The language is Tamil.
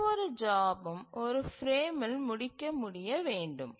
எந்தவொரு ஜாப்பும் ஒரு பிரேமில் முடிக்க முடிய வேண்டும்